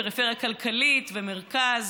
פריפריה כלכלית ומרכז,